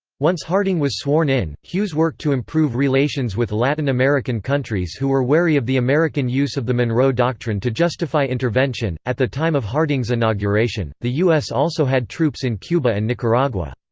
once harding was sworn in, hughes worked to improve relations with latin american countries who were wary of the american use of the monroe doctrine to justify intervention at the time of harding's inauguration, the u s. also had troops in cuba and nicaragua.